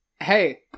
Hey